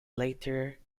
later